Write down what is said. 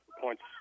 points